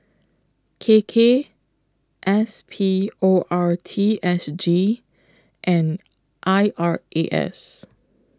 K K S P O R T S G and I R A S